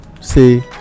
see